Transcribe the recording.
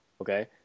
Okay